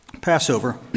Passover